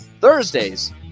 Thursdays